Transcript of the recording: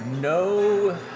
no